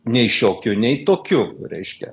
nei šiokiu nei tokiu reiškia